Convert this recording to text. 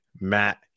Matt